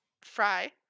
Fry